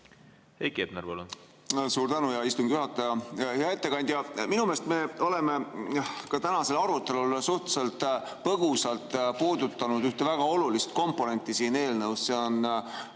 Heiki Hepner, palun! Suur tänu, hea istungi juhataja! Hea ettekandja! Minu meelest me oleme ka tänasel arutelul suhteliselt põgusalt puudutanud ühte väga olulist komponenti siin eelnõus, see on